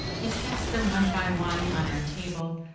he sets them one by one on our table,